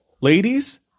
ladies